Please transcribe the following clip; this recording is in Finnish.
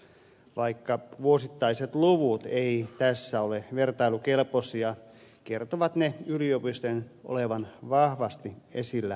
vaikka vuosittaiset luvut eivät tässä ole vertailukelpoisia kertovat ne yliopistojen olevan vahvasti esillä rahoituksessa